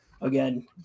again